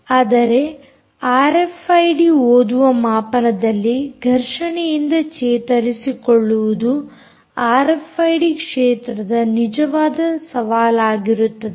ಆದರೆ ಆರ್ಎಫ್ಐಡಿ ಓದುವ ಮಾಪನದಲ್ಲಿ ಘರ್ಷಣೆಯಿಂದ ಚೇತರಿಸಿಕೊಳ್ಳುವುದು ಆರ್ಎಫ್ಐಡಿ ಕ್ಷೇತ್ರದ ನಿಜವಾದ ಸವಾಲಾಗಿರುತ್ತದೆ